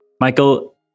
Michael